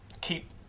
keep